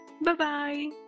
Bye-bye